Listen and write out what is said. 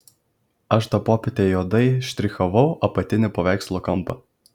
aš tą popietę juodai štrichavau apatinį paveikslo kampą